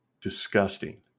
Disgusting